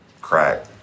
crack